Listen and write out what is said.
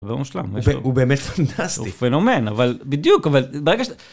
והוא מושלם. הוא באמת פנטסטיק. הוא פנומן, אבל בדיוק, אבל ברגע ש...